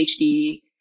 PhD